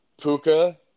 Puka